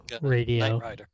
radio